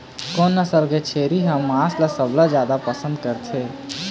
कोन नसल के छेरी के मांस ला सबले जादा पसंद करथे?